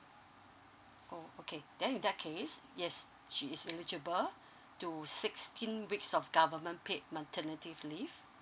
oh okay then in that case yes she is eligible to sixteen weeks of government paid maternity leave